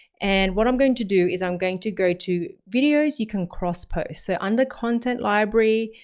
and what i'm going to do is i'm going to go to, videos you can crosspost so under content library,